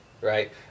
right